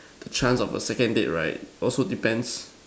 the chance of a second date right also depends